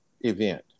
event